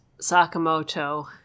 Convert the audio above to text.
Sakamoto